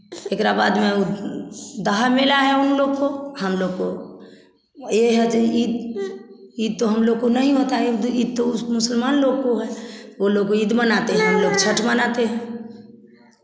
एकरा बाद में वह दहा मेला है उन लोग को हम लोग को यह है तो ईद ईद तो हम लोग को नहीं होता है ईद तो उस मुसलमान लोग को है वे लोग ईद मनाते हैं हम लोग छठ मनाते हैं